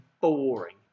boring